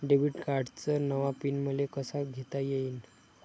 Debit कार्डचा नवा PIN मले कसा घेता येईन?